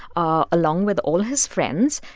ah along with all his friends,